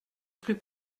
plus